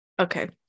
okay